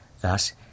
Thus